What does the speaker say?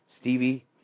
Stevie